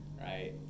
right